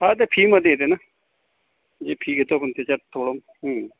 हा ते फीमध्ये येते ना जे फी घेतो आपण त्याच्यात थोडं हूं